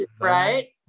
Right